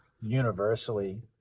universally